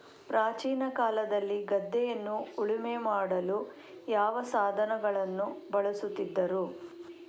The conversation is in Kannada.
ಪ್ರಾಚೀನ ಕಾಲದಲ್ಲಿ ಗದ್ದೆಯನ್ನು ಉಳುಮೆ ಮಾಡಲು ಯಾವ ಸಾಧನಗಳನ್ನು ಬಳಸುತ್ತಿದ್ದರು?